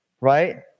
right